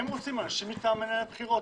הם רוצים אנשים מטעמי בחירות.